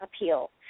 appeal